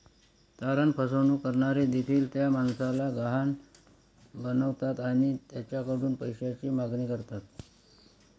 तारण फसवणूक करणारे देखील त्या माणसाला गहाण बनवतात आणि त्याच्याकडून पैशाची मागणी करतात